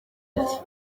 ati